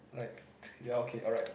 like yeah okay alright